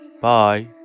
Bye